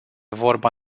vorba